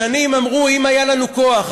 שנים אמרו: אם היה לנו כוח,